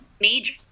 major –